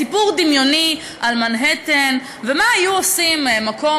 סיפור דמיוני על מנהטן ומה היו עושים במקום